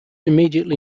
immediately